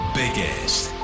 biggest